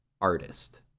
artist